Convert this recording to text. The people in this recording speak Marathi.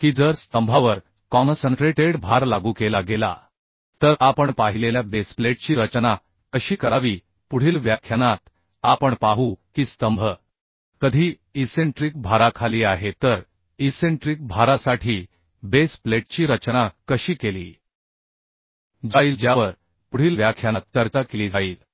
की जर स्तंभावर कॉनसनट्रेटेड भार लागू केला गेला तर आपण पाहिलेल्या बेस प्लेटची रचना कशी करावी पुढील व्याख्यानात आपण पाहू की स्तंभ कधी विलक्षण भाराखाली आहे तर इसेन्ट्रीकभारासाठी बेस प्लेटची रचना कशी केली जाईल ज्यावर पुढील व्याख्यानात चर्चा केली जाईल